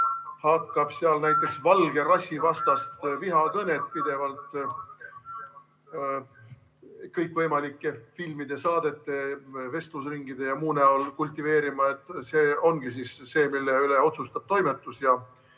hakkab seal näiteks valge rassi vastast vihakõnet pidevalt kõikvõimalike filmide, saadete, vestlusringide ja muu näol kultiveerima, see ongi see, mille üle otsustab toimetus,